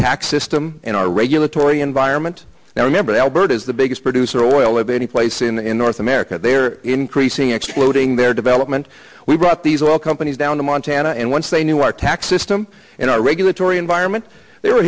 tax system and our regulatory environment and i remember alberta is the biggest producer of oil of any place in north america they are increasing exploding their development we brought these oil companies down to montana and once they knew our tax system and our regulatory environment they